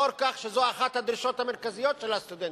לאור כך שזאת אחת הדרישות המרכזיות של הסטודנטים,